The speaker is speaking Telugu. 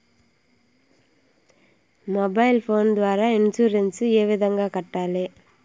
మొబైల్ ఫోను ద్వారా ఇన్సూరెన్సు ఏ విధంగా కట్టాలి